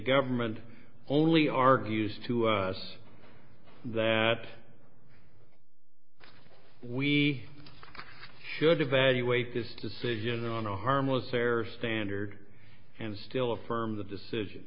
government only argues to us that we should evaluate this decision on a harmless error standard and still affirm the decision